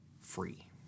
free